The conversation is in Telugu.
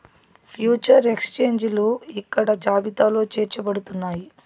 ఫ్యూచర్ ఎక్స్చేంజిలు ఇక్కడ జాబితాలో చేర్చబడుతున్నాయి